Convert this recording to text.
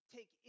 Take